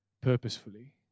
purposefully